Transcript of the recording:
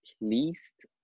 least